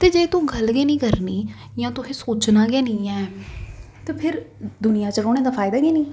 ते जे तूं गल्ल गै निं करनी जां तुसें सोचनां गै निं ऐ ते फिर दुनिया च रौह्ने दा फायदा गै निं